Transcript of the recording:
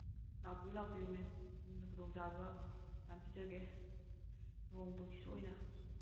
ꯂꯥꯛꯄꯤꯌꯨ ꯂꯥꯛꯄꯤꯌꯨ ꯃꯦꯝ ꯎꯝ ꯈꯨꯗꯣꯡ ꯆꯥꯕ ꯌꯥꯝ ꯄꯤꯖꯒꯦ ꯂꯨꯍꯣꯡꯕꯒꯤꯁꯨ ꯑꯣꯏꯅ